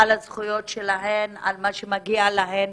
על הזכויות שלהן, על מה שמגיע להם